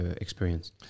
experience